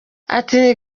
ati